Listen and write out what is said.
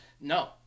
No